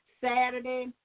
Saturday